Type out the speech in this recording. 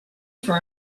for